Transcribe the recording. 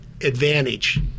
advantage